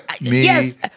yes